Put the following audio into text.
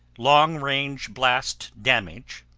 long range blast damage